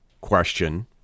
question